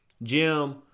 Jim